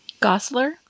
Gosler